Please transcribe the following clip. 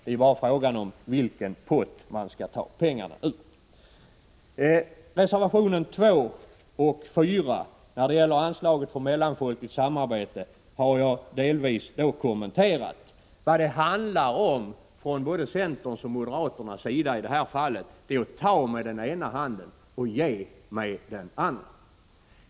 Det är bara frågan om vilken pott man skall ta pengarna ur. Reservationerna 2 och 4, som gäller anslaget för mellanfolkligt samarbete, har jag delvis kommenterat. Vad det handlar om från både centerns och moderaternas sida är att ta med ena handen och ge med den andra.